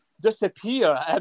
disappear